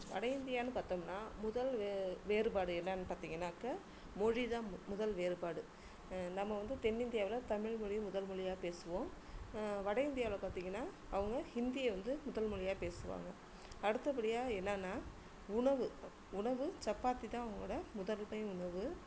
வட இந்தியானு பார்த்தோம்னா முதல் வேறுபாடு என்னென்னு பார்த்திங்கனாக்க மொழிதான் முதல் வேறுபாடு நம்ம வந்து தென்னிந்தியாவில் தமிழ்மொழியை முதல் மொழியாக பேசுவோம் வட இந்தியாவில் பார்த்திங்கனா அவங்க ஹிந்தியை வந்து முதல் மொழியாக பேசுவாங்க அடுத்தபடியாக என்னென்னா உணவு உணவு சப்பாத்தி தான் அவங்களோட முதன்மை உணவு